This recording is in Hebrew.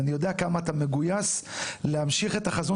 ואני יודע עד כמה אתה מגויס להמשיך את החזון